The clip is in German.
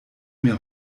mir